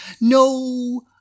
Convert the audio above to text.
No